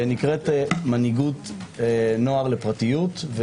שנקראת מנהיגות נוער לפרטיות,